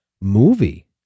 movie